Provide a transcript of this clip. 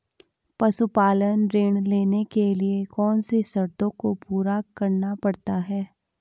पशुपालन ऋण लेने के लिए कौन सी शर्तों को पूरा करना पड़ता है?